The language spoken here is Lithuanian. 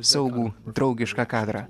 saugų draugišką kadrą